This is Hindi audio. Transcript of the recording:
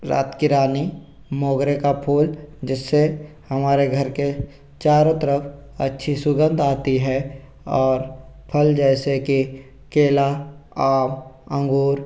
रात की रानी मोगरे का फूल जिससे हमारे घर के चारों तरफ अच्छी सुगंध आती है और फल जैसे कि केला आम अंगूर